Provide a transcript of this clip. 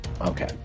Okay